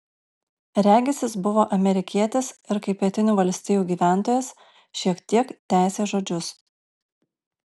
regis jis buvo amerikietis ir kaip pietinių valstijų gyventojas šiek tiek tęsė žodžius